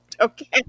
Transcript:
okay